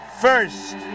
first